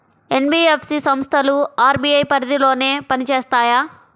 NBFC సంస్థలు RBI పరిధిలోనే పని చేస్తాయా?